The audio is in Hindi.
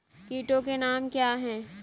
कीटों के नाम क्या हैं?